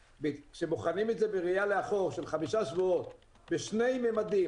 כשבוחנים את זה בראייה לאחור של חמישה שבועות בשני ממדים,